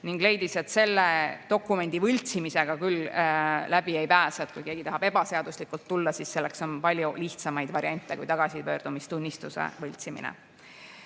Ta leidis, et selle dokumendi võltsimisega küll läbi ei pääse. Kui keegi tahab ebaseaduslikult tulla, siis selleks on palju lihtsamaid variante kui tagasipöördumistunnistuse võltsimine.